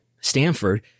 stanford